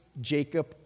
Jacob